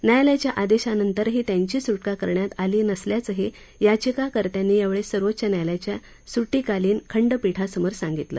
न्यायालयाच्या आदेशानंतरही त्यांची सुटका करण्यात आली नसल्याचंही याधिका कर्त्यांनी यावेळी सर्वोच्च न्यायालयाच्या सुटीकालीन खंडपीठासमोर सांगितलं